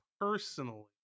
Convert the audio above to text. personally